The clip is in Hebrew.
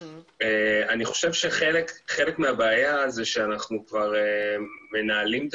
אני חושב שחלק מהבעיה זה שאנחנו מנהלים את